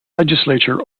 legislature